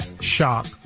shock